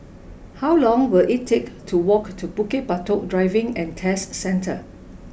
how long will it take to walk to Bukit Batok Driving and Test Centre